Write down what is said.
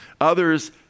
Others